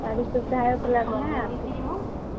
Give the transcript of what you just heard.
सारी सुविधाएँ उपलब्ध हैं आपके यहाँ